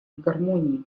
гармонии